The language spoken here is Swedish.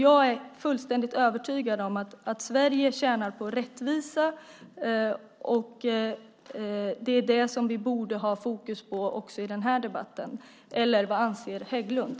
Jag är fullständigt övertygad om att Sverige tjänar på rättvisa. Det är det vi borde ha fokus på också i den här debatten. Eller vad anser Hägglund?